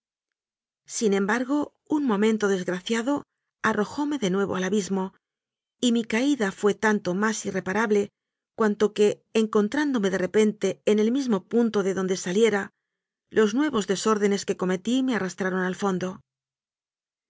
sin embargo un momento des graciado arrojóme de nuevo al abismo y mi caída fué tanto más irreparable cuanto que encontrán dome de repente en el mismo punto de donde sa liera los nuevos desórdenes que cometí me arras traron al fondo